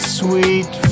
sweet